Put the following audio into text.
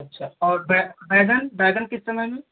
अच्छा और बैगन बैगन किस समय में